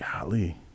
Golly